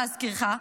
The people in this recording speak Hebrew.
להזכירך,